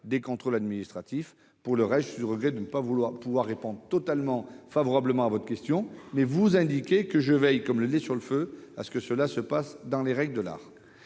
des contrôles administratifs ont lieu. Pour le reste, je suis au regret de ne pas pouvoir répondre favorablement à votre question. Toutefois, je vous indique que je veille comme le lait sur le feu à ce que tout se passe dans les règles de l'art.